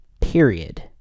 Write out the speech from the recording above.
period